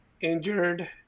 injured